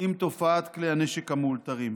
עם תופעת כלי הנשק המאולתרים,